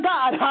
God